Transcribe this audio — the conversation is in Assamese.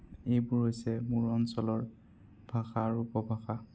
এইবোৰ হৈছে মোৰ অঞ্চলৰ ভাষা আৰু উপভাষা